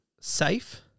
Safe